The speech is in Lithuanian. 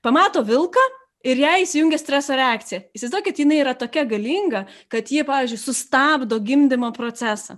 pamato vilką ir jai įsijungia streso reakcija įsivaizduokit jinai yra tokia galinga kad ji pavyzdžiui sustabdo gimdymo procesą